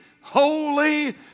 holy